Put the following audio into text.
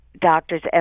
doctors